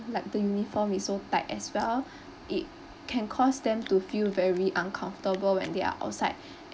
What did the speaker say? like the uniform is so tight as well it can cause them to feel very uncomfortable when they are outside